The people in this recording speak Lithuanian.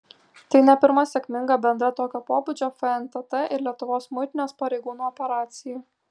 tai ne pirma sėkminga bendra tokio pobūdžio fntt ir lietuvos muitinės pareigūnų operacija